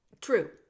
True